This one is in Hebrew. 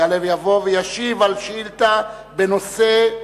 יעלה ויבוא וישיב על שאילתא בנושא: